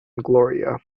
gloria